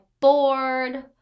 bored